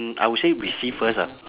mm I will say receive first ah